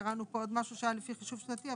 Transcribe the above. קראנו פה עוד משהו שהיה לפי חישוב שנתי,